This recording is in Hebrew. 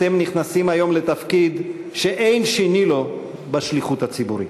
אתם נכנסים היום לתפקיד שאין שני לו בשליחות הציבורית.